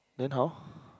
then how